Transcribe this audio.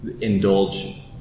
indulge